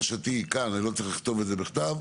ואני לא צריך לכתוב זאת בכתב,